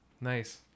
nice